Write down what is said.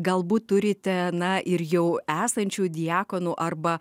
galbūt turite na ir jau esančių diakonų arba